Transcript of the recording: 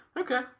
Okay